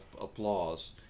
applause